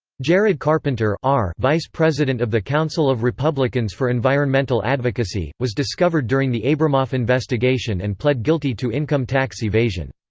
jared carpenter vice president of the council of republicans for environmental advocacy, was discovered during the abramoff investigation and pled guilty to income tax evasion.